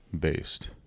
based